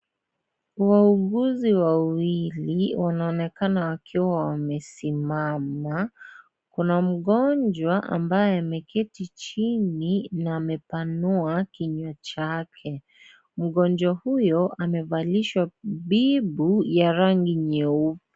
Wauguzi wawili wanaonekana wakiwa wamesimama kuna mgonjwa ambaye ameketi chini na amepanua kinywa chake mgonjwa huyo amevalishwa bibu ya rangi nyeupe.